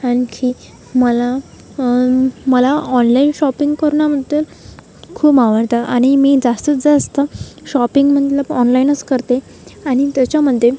आणखी मला मला ऑनलाईन शॉपिंग करण्याबद्दल खूप आवडतं आणि मी जास्तीत जास्त शॉपिंग म्हणलं की ऑनलाईनच करते आणि त्याच्यामध्ये